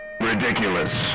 Ridiculous